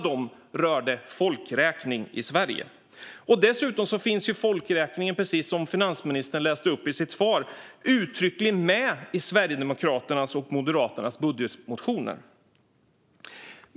Dessutom fanns folkräkningen, precis som finansministern läste upp i sitt svar, uttryckligen med i Sverigedemokraternas och Moderaternas budgetmotioner.